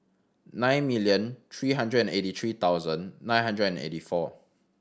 nine million three hundred and eighty three thousand nine hundred and eighty four